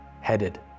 headed